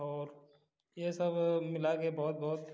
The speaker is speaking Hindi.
और ये सब मिला के बहुत बहुत